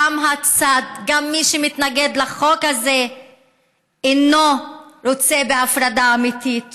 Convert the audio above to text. גם מי שמתנגד לחוק הזה אינו רוצה בהפרדה אמיתית